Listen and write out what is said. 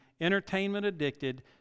entertainment-addicted